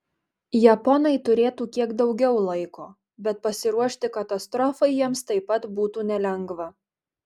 japonai turėtų kiek daugiau laiko bet pasiruošti katastrofai jiems taip pat būtų nelengva